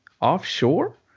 offshore